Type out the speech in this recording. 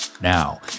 Now